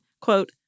quote